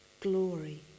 glory